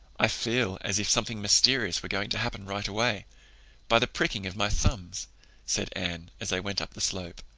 i feel as if something mysterious were going to happen right away by the pricking of my thumbs said anne, as they went up the slope.